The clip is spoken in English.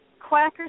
Quackers